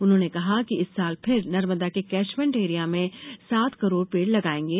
उन्होंने कहा कि इस साल फिर नर्मदा के कैचमेंट एरिया में सात करोड़ पेड़ लगाएंगे